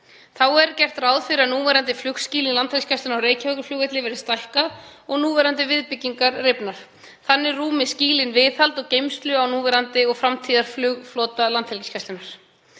Þá er gert ráð fyrir að flugskýli Landhelgisgæslunnar á Reykjavíkurflugvelli verði stækkað og núverandi viðbyggingar rifnar. Þannig rúmi skýlin viðhald og geymslu á núverandi og framtíðarflugflota Landhelgisgæslunnar.